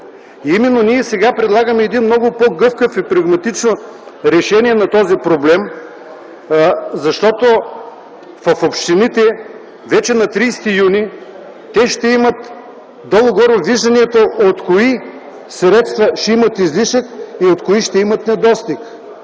Сега ние предлагаме един много по-гъвкав, и прагматично решение на този проблем, защото в общините вече на 30 юни ще имат долу-горе виждането от кои средства ще имат излишък и от кои ще имат недостиг.